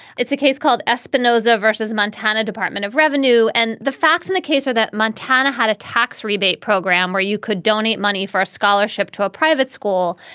it's a case called espinosa vs. montana department of revenue. and the facts in the case are that montana had a tax rebate program where you could donate money for a scholarship to a private school.